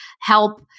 help